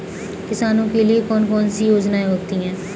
किसानों के लिए कौन कौन सी योजनायें होती हैं?